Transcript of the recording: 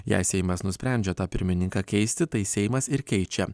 jei seimas nusprendžia tą pirmininką keisti tai seimas ir keičia